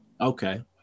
Okay